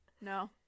No